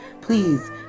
Please